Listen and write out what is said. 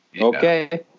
Okay